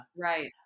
Right